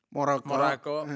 Morocco